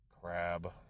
Crab